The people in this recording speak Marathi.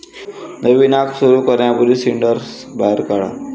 नवीन आग सुरू करण्यापूर्वी सिंडर्स बाहेर काढा